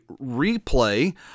replay